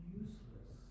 useless